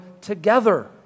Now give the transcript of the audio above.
together